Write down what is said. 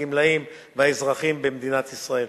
הגמלאים והאזרחים במדינת ישראל.